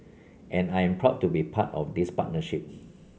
and I am proud to be part of this partnership